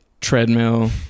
treadmill